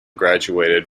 graduated